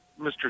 Mr